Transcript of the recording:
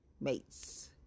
mates